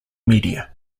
media